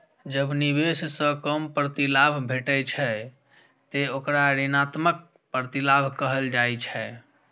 जब निवेश सं कम प्रतिलाभ भेटै छै, ते ओकरा ऋणात्मक प्रतिलाभ कहल जाइ छै